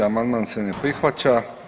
Amandman se ne prihvaća.